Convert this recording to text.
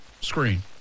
screen